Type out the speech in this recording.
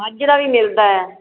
ਮੱਝ ਦਾ ਵੀ ਮਿਲਦਾ ਹੈ